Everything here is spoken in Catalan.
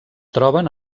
troben